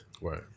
Right